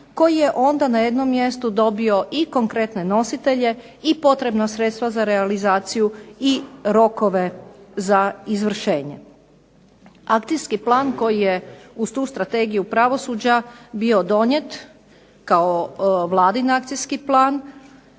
koji je onda na jednom mjestu dobio i konkretne nositelje i potrebna sredstva za realizaciju i rokove za izvršenje. Akcijski plan koji je uz tu Strategiju pravosuđa bio donijet kao vladin akcijski plan